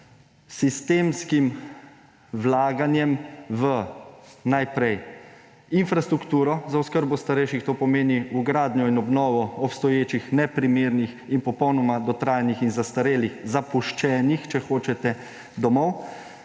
sistemskim vlaganjem v, najprej, infrastrukturo za oskrbo starejših. To pomeni v gradnjo in obnovo obstoječih neprimernih in popolnoma dotrajanih in zastarelih, zapuščenih, če hočete, domov.